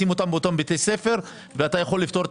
לשים אותם באותם בתי ספר ואתה יכול לפתור את